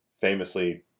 famously